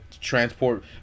transport